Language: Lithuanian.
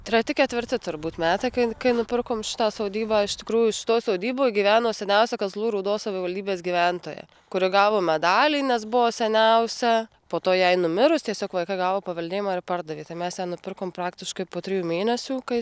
treti ketvirti turbūt metai kai nupirkom šitą sodybą iš tikrųjų šitoj sodyboj gyveno seniausia kazlų rūdos savivaldybės gyventoja kuri gavo medalį nes buvo seniausia po to jai numirus tiesiog vaikai gavo paveldėjimą ir pardavė tai mes ją nupirkom praktiškai po trijų mėnesių kai